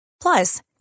Plus